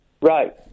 Right